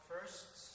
first